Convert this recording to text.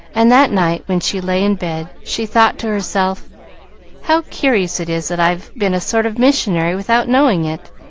and that night, when she lay in bed, she thought to herself how curious it is that i've been a sort of missionary without knowing it!